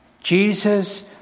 Jesus